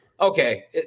okay